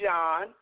John